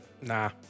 Nah